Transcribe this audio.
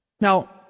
Now